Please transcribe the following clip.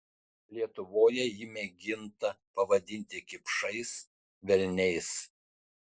lietuvoje jį mėginta pavadinti kipšais velniais